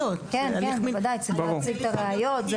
בוודאי, צריך להציג את הראיות.